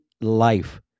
life